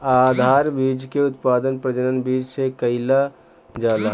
आधार बीज के उत्पादन प्रजनक बीज से कईल जाला